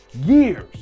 years